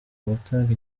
gutanga